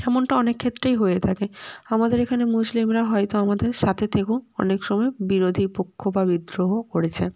এমনটা অনেক ক্ষেত্রেই হয়ে থাকে আমাদের এখানে মুসলিমরা হয়তো আমাদের সাথে থেকেও অনেক সময় বিরোধী পক্ষ বা বিদ্রোহ করেছে